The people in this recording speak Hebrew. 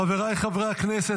חבריי חברי הכנסת,